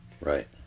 right